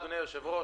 אדוני היושב-ראש,